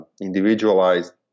individualized